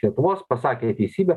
lietuvos pasakė jie teisybę